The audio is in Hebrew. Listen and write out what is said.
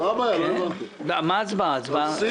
מה לעשות, לשבת